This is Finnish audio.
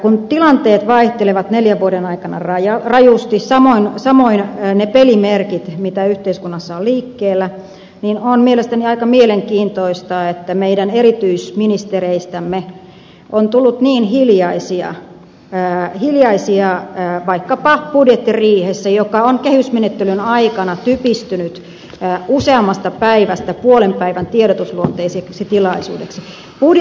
kun tilanteet vaihtelevat neljän vuoden aikana rajusti samoin ne pelimerkit joita yhteiskunnassa on liikkeellä niin on mielestäni aika mielenkiintoista että meidän erityisministereistämme on tullut niin hiljaisia vaikkapa budjettiriihessä joka on kehysmenettelyn aikana typistynyt useammasta päivästä puolen päivän tiedotusluonteiseksi tilaisuudeksi